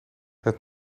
het